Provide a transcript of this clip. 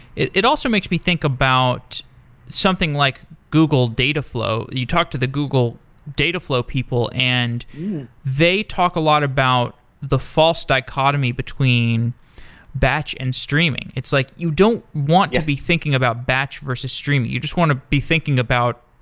it it also makes me think about something like google dataflow. you talk to the google dataflow people and they talk a lot about the false dichotomy between batch and streaming. like you don't want to be thinking about batch versus streaming. you just want to be thinking about,